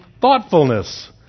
thoughtfulness